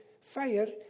fire